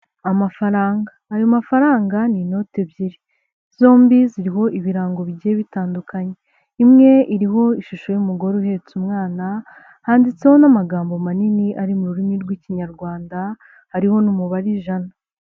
Amafaranga, ayo mafaranga ni inoti ebyiri zombi ziriho ibirango bigiye bitandukanye. Imwe iriho ishusho y'umugore uhetse umwana handitseho n'amagambo manini ari mu rurimi rw'ikinyarwanda hariho n'umubare ijana.